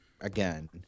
again